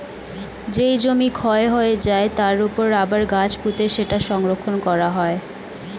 যেই জমি ক্ষয় হয়ে যায়, তার উপর আবার গাছ পুঁতে সেটা সংরক্ষণ করা হয়